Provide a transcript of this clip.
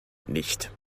nicht